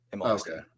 Okay